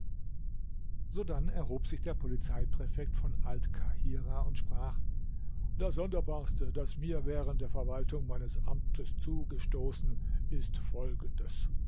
sodann erhob sich der polizeipräfekt von alt kahirah und sprach das sonderbarste das mir während der verwaltung meines amtes zugestoßen ist folgendes